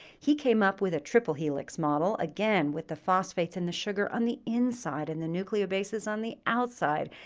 he came up with a triple helix model, again, with the phosphates and the sugar on the inside and the nucleobases on the outside.